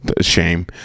shame